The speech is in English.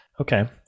okay